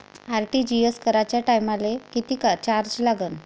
RTGS कराच्या टायमाले किती चार्ज लागन?